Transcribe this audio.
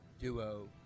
duo